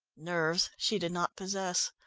nerves she did not possess,